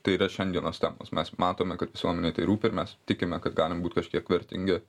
tai yra šiandienos temos mes matome kad visuomenei tai rūpi ir mes tikime kad galim būt kažkiek vertingi